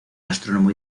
astrónomo